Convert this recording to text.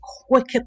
quicker